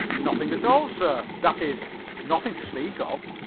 nothing at all, sir, that is, nothing to speak of.